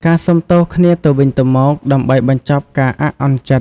ការសុំទោសគ្នាទៅវិញទៅមក ដើម្បីបញ្ចប់ការអាក់អន់ចិត្ត។